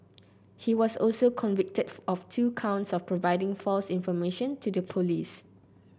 he was also convicted of two counts of providing false information to the police